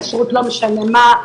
כשרות לא משנה מה,